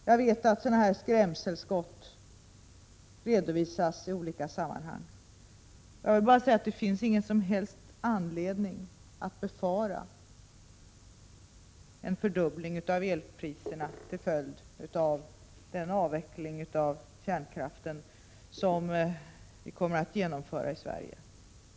Jag vet att sådana här skrämskott förekommer i olika sammanhang. Jag vill bara säga att det inte finns någon som helst anledning att befara en fördubbling av elpriserna till följd av den avveckling av kärnkraften som vi kommer att genomföra i Sverige.